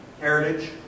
heritage